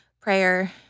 prayer